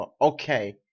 okay